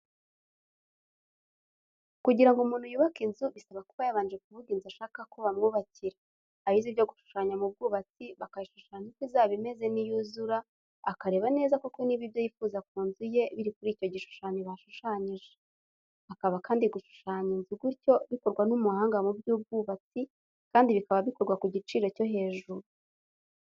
Kugira ngo umuntu yubake inzu bisaba kuba yabanje kuvuga inzu ashaka ko bamwubakira abize ibyo gushushanya mu bwubatsi, bakayishushanya uko izaba imeze niyuzura, akareba neza koko niba ibyo yifuza ku nzu ye biri kuri icyo gishushanyo bashushanyije. Akaba kandi gushushanya inzu gutyo bikorwa n'umuhanga mu by'ubwubatsi kandi bikaba bikorwa ku giciro cyo hejuru.